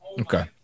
Okay